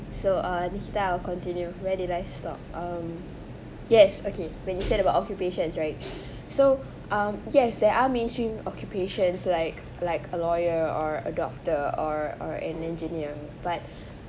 so uh nikita I'll continue where did I stop um yes okay when you said about occupations right so um yes there are mainstream occupations like like a lawyer or a doctor or or an engineer but